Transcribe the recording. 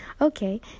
Okay